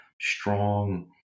strong